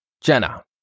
Jenna